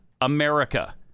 America